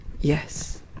Yes